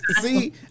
See